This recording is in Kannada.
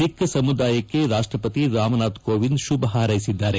ಸಿಖ್ ಸಮುದಾಯಕ್ಕೆ ರಾಷ್ಷಪತಿ ರಾಮನಾಥ್ ಕೋವಿಂದ್ ಶುಭ ಹಾರೈಸಿದ್ದಾರೆ